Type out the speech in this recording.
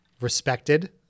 respected